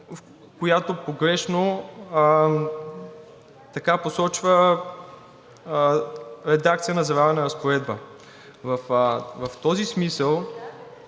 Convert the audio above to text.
която погрешно посочва редакция на заварена разпоредба. В този смисъл